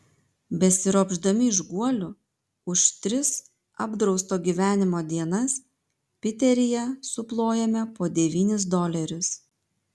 besiropšdami iš guolių už tris apdrausto gyvenimo dienas piteryje suplojome po devynis dolerius